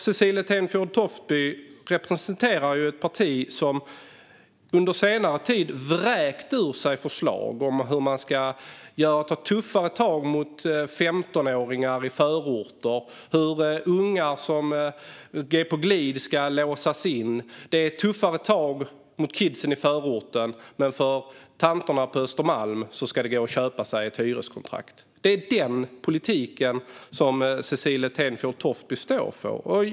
Cecilie Tenfjord Toftby representerar ju ett parti som under senare tid vräkt ur sig förslag om hur man ska ta tuffare tag mot 15-åringar i förorter och hur unga som är på glid ska låsas in. Det är tuffare tag mot kidsen i förorten, men för tanterna på Östermalm ska det gå att köpa sig ett hyreskontrakt. Det är den politiken som Cecilie Tenfjord Toftby står för.